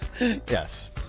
Yes